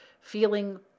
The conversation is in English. feeling